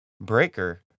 Breaker